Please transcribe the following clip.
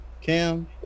Cam